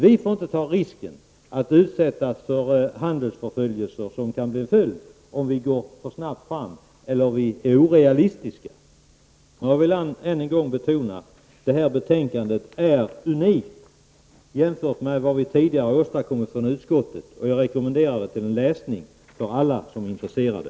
Vi får inte ta risken att utsättas för handelsförföljelse, som kan bli följden om vi går för snabbt fram eller om vi är orealistiska. Jag vill än en gång understryka att betänkandet är unikt, jämfört med vad vi tidigare åstadkommit från utskottet, och jag rekommenderar det till läsning för alla som är intresserade.